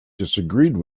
disagreed